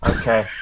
Okay